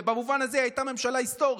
במובן הזה היא הייתה ממשלה היסטורית,